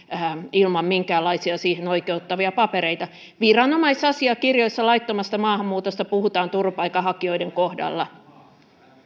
ilman minkäänlaisia siihen oikeuttavia papereita viranomaisasiakirjoissa laittomasta maahanmuutosta puhutaan turvapaikanhakijoiden kohdalla